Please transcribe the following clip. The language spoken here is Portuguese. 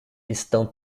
estão